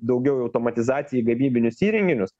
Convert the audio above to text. daugiau į automatizaciją į gamybinius įrenginius